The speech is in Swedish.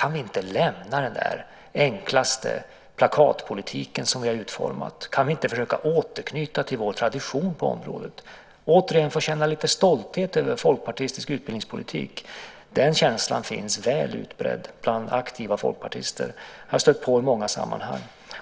att det är dags att lämna den enklaste plakatpolitiken. De vill återknyta till Folkpartiets tradition på området och återigen kunna känna lite stolthet över folkpartistisk utbildningspolitik. Den känslan är väl utbredd bland aktiva folkpartister. Jag har stött på den i många sammanhang.